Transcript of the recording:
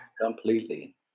completely